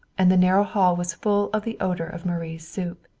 and the narrow hall was full of the odor of marie's soup.